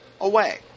away